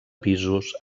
pisos